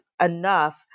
enough